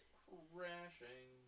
crashing